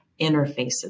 interfaces